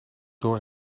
door